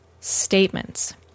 statements